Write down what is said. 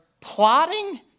plotting